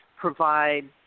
provide